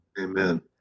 Amen